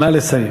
נא לסיים.